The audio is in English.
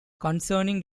concerning